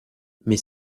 mais